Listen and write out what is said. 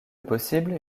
possible